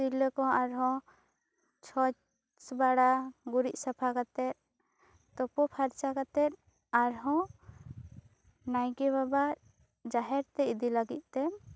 ᱛᱤᱨᱞᱟᱹ ᱠᱚ ᱟᱨᱦᱚᱸ ᱪᱷᱚᱡᱽ ᱵᱟᱲᱟ ᱜᱩᱨᱤᱡᱽ ᱥᱟᱯᱷᱟ ᱠᱟᱛᱮᱫ ᱛᱳᱯᱳ ᱯᱷᱟᱨᱪᱟ ᱠᱟᱛᱮ ᱟᱨᱦᱚᱸ ᱱᱟᱭᱠᱮ ᱵᱟᱵᱟ ᱡᱟᱦᱮᱨ ᱛᱮ ᱤᱫᱤ ᱞᱟᱹᱜᱤᱫ ᱛᱮ